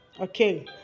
Okay